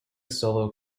solo